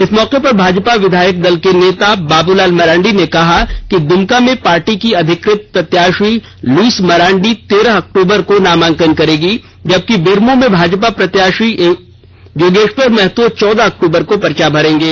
इस मौके पर भाजपा विधायक दल के नेता बाबूलाल मरांडी ने कहा कि दुमका में पार्टी की अधिकृत प्रत्याषी लुईस मरांडी तेरह अक्टूबर को नामांकन करेगी जबकि बेरमो में भाजपा प्रत्याषी योगेष्वर महतो चौदह अक्टूबर को पर्चा भरेंगे